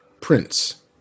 prince